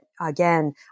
again